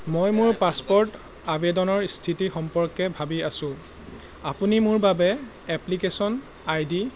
মই মোৰ পাছপোৰ্ট আৱেদনৰ স্থিতি সম্পৰ্কে ভাবি আছো আপুনি মোৰ বাবে এপ্লিকেশ্বন আইডি